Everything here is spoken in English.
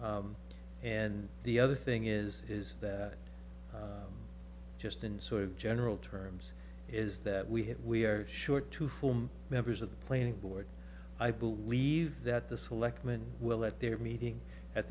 and the other thing is is that just in sort of general terms is that we have we are short to form members of the playing board i believe that the selectmen will at their meeting at